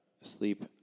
sleep